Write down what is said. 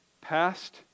Past